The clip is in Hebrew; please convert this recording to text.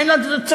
אין לנו צרכים?